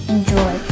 Enjoy